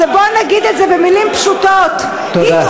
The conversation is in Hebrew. שבוא נגיד את זה במילים פשוטות, תודה.